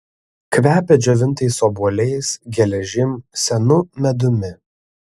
kvepia džiovintais obuoliais geležim senu medumi